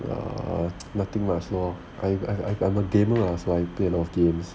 err nothing much lor I I I'm a gamer lah so I play a lot of games